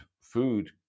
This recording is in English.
food